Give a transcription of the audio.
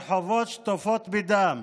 הרחובות שטופים בדם.